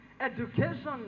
education